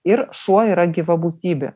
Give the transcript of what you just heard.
ir šuo yra gyva būtybė